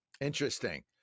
Interesting